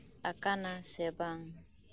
ᱟᱠᱟᱱᱟ ᱥᱮ ᱵᱟᱝ